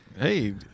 Hey